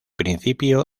principio